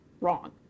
wrong